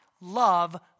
love